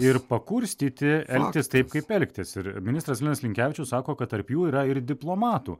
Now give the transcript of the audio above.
ir pakurstyti elgtis taip kaip elgtis ir ministras linas linkevičius sako kad tarp jų yra ir diplomatų